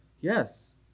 yes